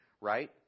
right